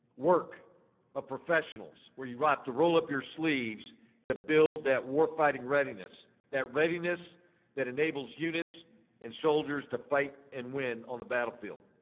work of professionals, where you have to roll up your sleeves to build that warfighting readiness. that readiness that enables units and soldiers to fight and win on the battlefield.